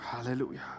Hallelujah